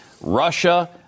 Russia